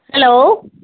hello